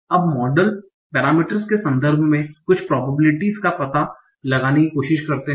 अब model parameters के संदर्भ में कुछ प्रोबेबिलिटीस का पता लगाने की कोशिश करते हैं